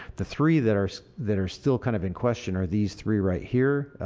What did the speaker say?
the three that are that are still kind of in question are these three right here.